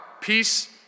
peace